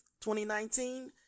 2019